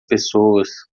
pessoas